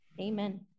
Amen